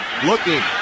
Looking